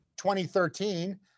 2013